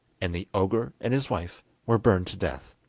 and the ogre and his wife were burned to death.